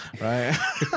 right